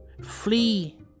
flee